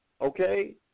Okay